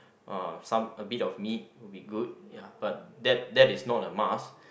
uh some a bit of meat would be good ya but that that is not a must